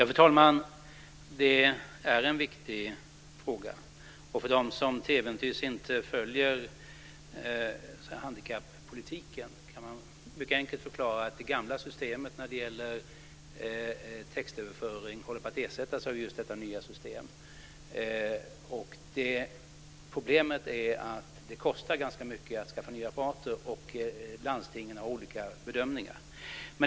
Fru talman! Det är en viktig fråga. För dem som till äventyrs inte följer handikappolitiken kan man mycket enkelt förklara att det gamla systemet för textöverföring håller på att ersättas av ett nytt system. Problemet är att det kostar ganska mycket att skaffa nya apparater, och landstingen gör olika bedömningar.